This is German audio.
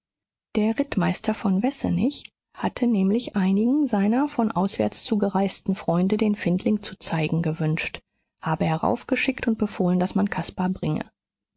der rittmeister von wessenig habe nämlich einigen seiner von auswärts zugereisten freunde den findling zu zeigen gewünscht habe heraufgeschickt und befohlen daß man caspar bringe